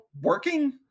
working